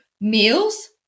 meals